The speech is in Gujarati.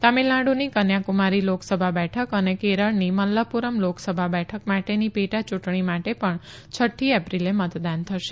તમિલનાડુની કન્યાકુમારી લોકસભા બેઠક અને કેરળની મલ્લાપૂરમ લોકસભા બેઠક માટેની પેટાચૂંટણી માટે પણ છઠ્ઠી એપ્રિલે મતદાન થશે